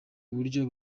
uburyo